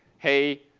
hey